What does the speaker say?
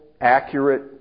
accurate